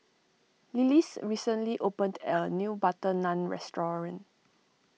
Lillis recently opened a new Butter Naan restoring